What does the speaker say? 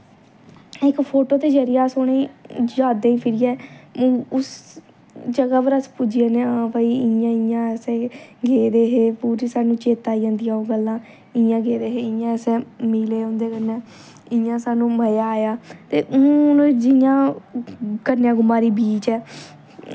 इक फोटो दे जरिए अस उ'नें यादें गी फिरियै उस जगह् पर अस पुज्जी जन्ने आं भाई इ'यां इ'यां अस गेदे हे पूरी सानू चेत्तै आई जंदियां ओह् गल्लां इ'यां गेदे हे इ'यां अस मिले उं'दे कन्नै इयां सानू मज़ा आया ते हून जियां कन्याकुमारी बीच ऐ